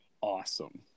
awesome